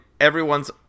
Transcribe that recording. everyone's